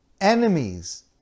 enemies